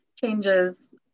changes